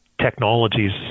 technologies